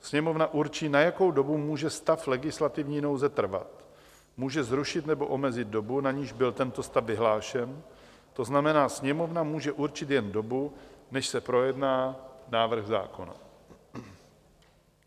Sněmovna určí, na jakou dobu může stav legislativní nouze trvat, může zrušit nebo omezit dobu, na niž byl tento stav vyhlášen, to znamená, Sněmovna může určit jen dobu, než se projedná návrh zákona.